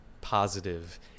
positive